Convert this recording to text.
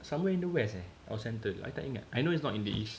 somewhere in the west eh or center I tak ingat I know it's not in the east